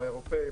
האירופאי,